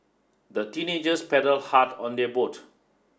the teenagers paddled hard on their boat